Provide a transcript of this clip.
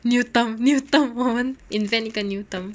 new term new term 我们 invent 一个 new term